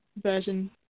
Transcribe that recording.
version